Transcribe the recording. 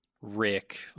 Rick